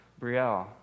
Brielle